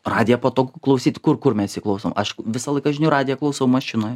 radiją patogu klausyt kur kur mes jį klausom aš visą laiką žinių radiją klausau mašinoj